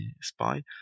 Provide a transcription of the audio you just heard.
spy